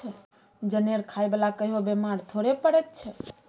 जनेर खाय बला कहियो बेमार थोड़े पड़ैत छै